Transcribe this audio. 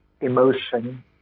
emotion